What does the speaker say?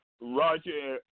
Roger